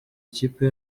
ikipe